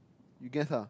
you guess ah